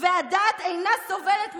והדעת אינה סובלת,